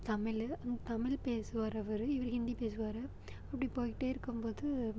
தமிழ் அந் தமிழ் பேசுவார் அவர் இவர் ஹிந்தி பேசுவார் அப்படி போயிகிட்டே இருக்கும்போது